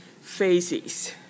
phases